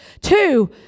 Two